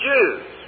Jews